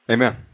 Amen